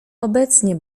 obecnie